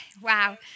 Wow